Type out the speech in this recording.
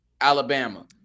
Alabama